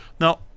Now